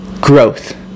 growth